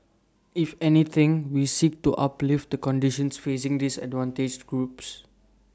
if anything we seek to uplift the conditions facing disadvantaged groups